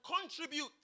contribute